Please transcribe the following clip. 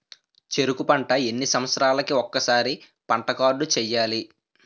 చెరుకు పంట ఎన్ని సంవత్సరాలకి ఒక్కసారి పంట కార్డ్ చెయ్యాలి?